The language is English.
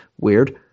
Weird